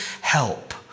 help